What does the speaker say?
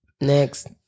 Next